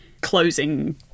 closing